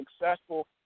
successful